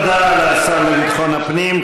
תודה לשר לביטחון הפנים.